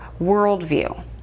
worldview